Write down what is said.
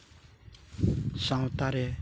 ᱥᱟᱶᱛᱟ ᱨᱮ